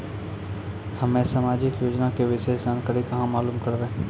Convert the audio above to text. हम्मे समाजिक योजना के विशेष जानकारी कहाँ मालूम करबै?